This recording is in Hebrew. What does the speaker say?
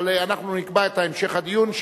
אבל אנחנו נקבע את המשך הדיון,